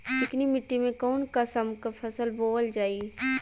चिकनी मिट्टी में कऊन कसमक फसल बोवल जाई?